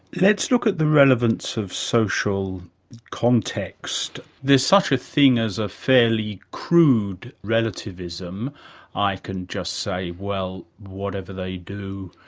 let's look at the relevance of social context. there's such a thing as a fairly crude relativism i can just say, well, whatever they do,